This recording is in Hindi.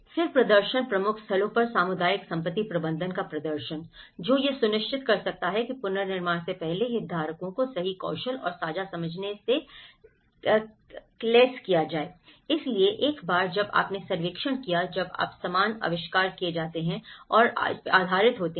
फिर प्रदर्शन प्रमुख स्थलों पर सामुदायिक संपत्ति प्रबंधन का प्रदर्शन जो यह सुनिश्चित कर सकता है कि पुनर्निर्माण से पहले हितधारकों को सही कौशल और साझा समझ से लैस किया जाए इसलिए एक बार जब आपने सर्वेक्षण किया जब आप समान आविष्कार किए जाते हैं और आधारित होते हैं